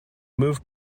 moved